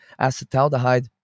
Acetaldehyde